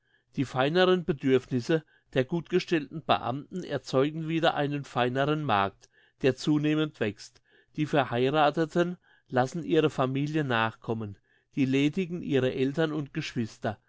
die feineren bedürfnisse der gutgestellten beamten erzeugen wieder einen feineren markt der zunehmend wächst die verheirateten lassen ihre familien nachkommen die ledigen ihre eltern und geschwister